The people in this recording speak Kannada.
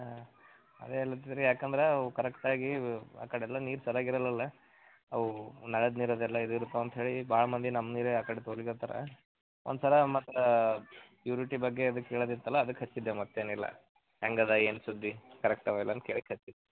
ಹಾಂ ಅದೇ ಹೇಳ್ಲತ್ತಿದ್ದೆ ರೀ ಯಾಕಂದ್ರೆ ಅವು ಕರೆಕ್ಟಾಗಿ ಆ ಕಡೆ ಎಲ್ಲ ನೀರು ಚೆನ್ನಾಗಿರಲ್ಲಲ್ಲ ಅವು ನಳದ ನೀರು ಅದೆಲ್ಲ ಇದು ಇರ್ತವೆ ಅಂತ ಹೇಳಿ ಭಾಳ ಮಂದಿ ನಮ್ಮ ನೀರೇ ಆ ಕಡೆ ತೊಗೊರಿಕತ್ತಾರ ಒಂದು ಸಲ ಮತ್ತೆ ಪ್ಯುರಿಟಿ ಬಗ್ಗೆ ಅದಕ್ಕೆ ಕೇಳೋದಿತ್ತು ಅಲ್ಲ ಅದಕ್ಕೆ ಹಚ್ಚಿದ್ದೆ ಮತ್ತೇನಿಲ್ಲ ಹೆಂಗೆ ಅದ ಏನು ಸುದ್ದಿ ಕರೆಕ್ಟ್ ಅವೋ ಇಲ್ಲೋ ಅಂತ ಕೇಳಕ್ಕೆ ಹಚ್ಚಿದ್ದೆ